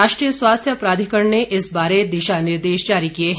राष्ट्रीय स्वास्थ्य प्राधिकरण ने इस बारे दिशा निर्देश जारी किये हैं